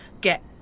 get